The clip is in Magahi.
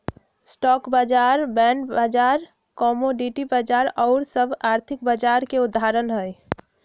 स्टॉक बाजार, बॉण्ड बाजार, कमोडिटी बाजार आउर सभ आर्थिक बाजार के उदाहरण हइ